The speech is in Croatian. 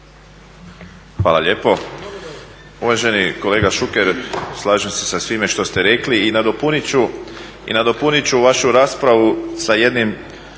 Hvala lijepo. Uvaženi kolega Šuker, slažem se sa svime što ste rekli i nadopunit ću vašu raspravu sa jednim